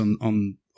on